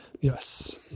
Yes